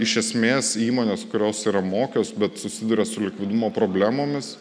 iš esmės įmonės kurios yra mokios bet susiduria su likvidumo problemomis